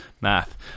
math